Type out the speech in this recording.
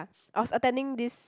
I was attending this